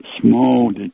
small